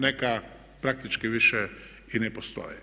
Neka praktički više i ne postoje.